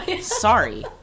sorry